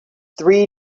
three